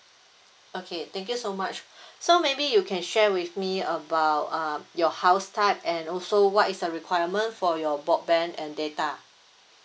okay thank you so much so maybe you can share with me about um your house type and also what is your requirement for your broadband and data